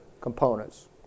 components